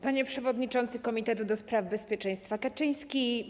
Panie Przewodniczący Komitetu do Spraw Bezpieczeństwa Kaczyński!